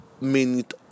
minute